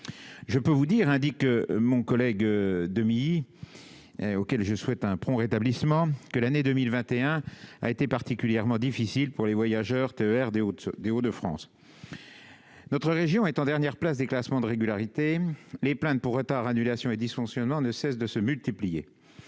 je peux vous dire indique mon collègue demi-auquel je souhaite un prompt rétablissement, que l'année 2021 a été particulièrement difficile pour les voyageurs TER dès août Des Hauts-de-France, notre région est en dernière place du classement de régularité, les plaintes pour retards, annulations et dysfonctionnements ne cessent de se multiplier,